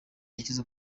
yashyize